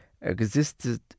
existed